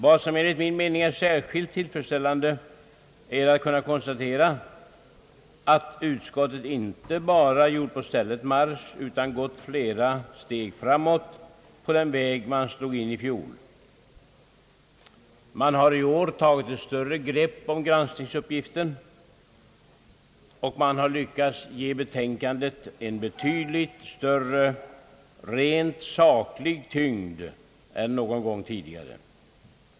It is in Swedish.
Vad som enligt min mening är särskilt tillfredsställande är att man kan konstatera att utskottet inte bara har gjort på stället marsch utan också gått flera steg framåt på den väg som man slog in på i fjol. Utskottet har i år tagit ett större grepp om granskningsuppgiften och har lyckats ge betänkandet en betydligt större rent saklig tyngd än någon gång tidigare.